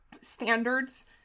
standards